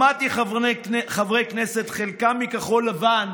שמעתי חברי כנסת, חלקם מכחול לבן,